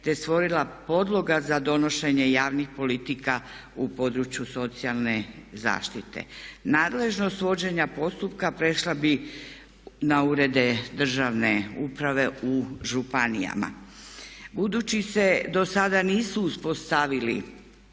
te stvorila podloga za donošenje javnih politika u području socijalne zaštite. Nadležnost vođenja postupka prešla bi na urede državne uprave u županijama. Budući se do sada nisu uspostavili